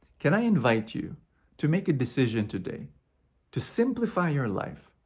can i invite you to make a decision today to simplify your life.